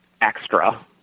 extra